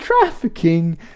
trafficking